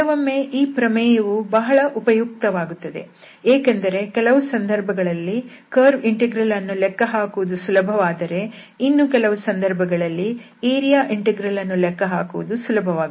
ಕೆಲವೊಮ್ಮೆ ಈ ಪ್ರಮೇಯವು ಬಹಳ ಉಪಯುಕ್ತವಾಗುತ್ತದೆ ಏಕೆಂದರೆ ಕೆಲವು ಸಂದರ್ಭಗಳಲ್ಲಿ ಕರ್ವ್ ಇಂಟೆಗ್ರಲ್ ಅನ್ನು ಲೆಕ್ಕ ಹಾಕುವುದು ಸುಲಭವಾದರೆ ಇನ್ನು ಕೆಲವು ಸಂದರ್ಭಗಳಲ್ಲಿ ಏರಿಯಾ ಇಂಟೆಗ್ರಲ್ ಅನ್ನು ಲೆಕ್ಕ ಹಾಕುವುದು ಸುಲಭವಾಗುತ್ತದೆ